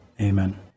Amen